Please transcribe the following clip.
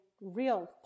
real